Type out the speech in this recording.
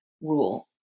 rule